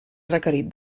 requerit